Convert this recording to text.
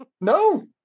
No